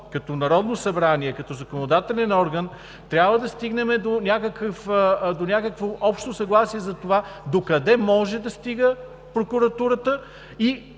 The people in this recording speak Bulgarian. като Народно събрание, като законодателен орган – трябва да стигнем до някакво общо съгласие за това докъде може да стига прокуратурата и